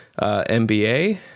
MBA